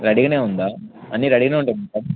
రెడీగానే ఉందా అన్నీ రెడీ ఉంటే